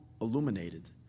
illuminated